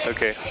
Okay